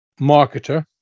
marketer